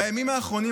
בימים האחרונים,